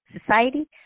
society